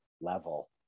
level